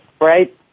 right